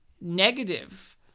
negative